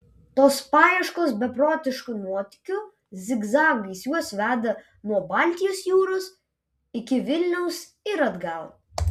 tos paieškos beprotiškų nuotykių zigzagais juos veda nuo baltijos jūros iki vilniaus ir atgal